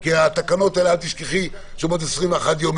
כי אל תשכחי שהתקנות האלה בעוד 21 יום